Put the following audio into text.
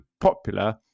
popular